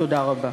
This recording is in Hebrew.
תודה רבה.